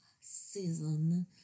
season